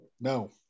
No